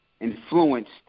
influenced